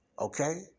Okay